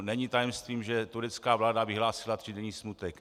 Není tajemstvím, že turecká vláda vyhlásila třídenní smutek.